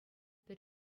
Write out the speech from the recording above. пӗр